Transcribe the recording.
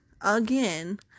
again